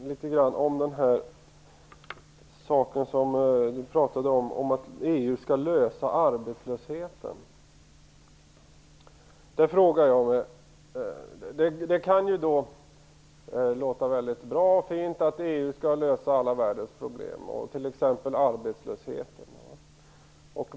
Fru talman! Jag skulle vilja fråga Ingrid Burman om det hon sade om att EU skall lösa problemet med arbetslösheten. Det kan ju låta väldigt bra och fint att EU skall lösa alla världens problem, t.ex. arbetslösheten.